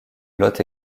lot